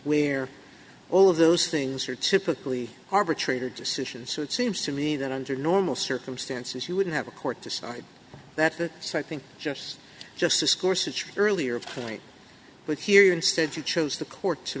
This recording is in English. we're all of those things are typically arbitrator decisions so it seems to me that under normal circumstances you wouldn't have a court decide that so i think just justice course which earlier tonight but here instead you chose the court to